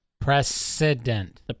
Precedent